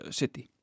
city